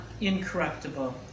incorruptible